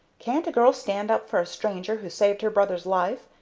can't a girl stand up for a stranger who saved her brother's life,